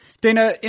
Dana